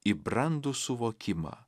į brandų suvokimą